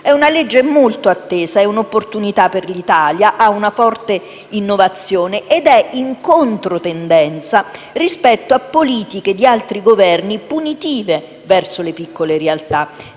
È una legge molto attesa, è una opportunità per l'Italia, ha una forte innovazione ed è in controtendenza rispetto a politiche di altri Governi, punitive verso le piccole realtà.